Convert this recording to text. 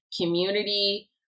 community